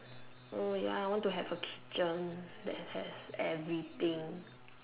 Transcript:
oh ya I want to have a kitchen that has everything